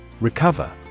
Recover